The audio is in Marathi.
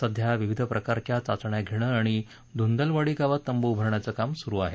सध्या विविध प्रकारच्या चाचण्या घेणं आणि धुंदलवाडी गावात तंबू उभारण्याचं काम सुरु आहे